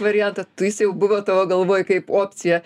variantą tu jis jau buvo tavo galvoj kaip opcija